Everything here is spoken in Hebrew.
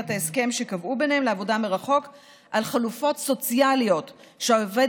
ההסכם שקבעו ביניהם לעבודה מרחוק על חלופות סוציאליות שהעובד